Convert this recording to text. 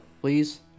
please